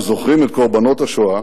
כשזוכרים את קורבנות השואה,